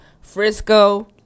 frisco